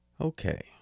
Okay